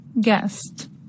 Guest